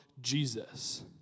Jesus